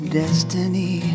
destiny